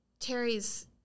Terry's